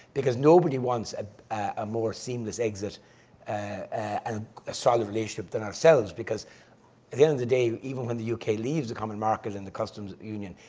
because nobody wants a more seamless exit and a solid relationship than ourselves. because at the end of the day, even when the uk leaves the common market and the customs union,